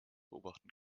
beobachten